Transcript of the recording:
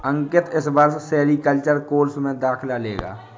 अंकित इस वर्ष sericulture course में दाखिला लेगा